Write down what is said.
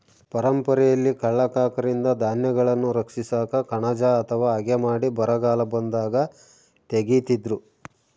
ಪರಂಪರೆಯಲ್ಲಿ ಕಳ್ಳ ಕಾಕರಿಂದ ಧಾನ್ಯಗಳನ್ನು ರಕ್ಷಿಸಾಕ ಕಣಜ ಅಥವಾ ಹಗೆ ಮಾಡಿ ಬರಗಾಲ ಬಂದಾಗ ತೆಗೀತಿದ್ರು